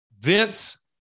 Vince